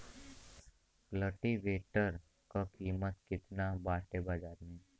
कल्टी वेटर क कीमत केतना बाटे बाजार में?